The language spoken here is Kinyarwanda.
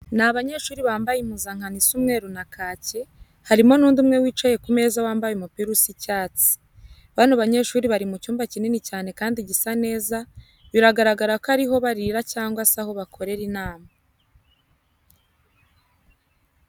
Ni abanyeshuri bambaye impuzankano isa umweru na kake, harimo n'undi umwe wicaye ku meza wambaye umupira usa icyatsi. Bano banyeshuri bari mu cyumba kinini cyane kandi gisa neza, biragaragara ko ari aho barira cyangwa se aho bakorera inama.